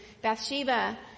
Bathsheba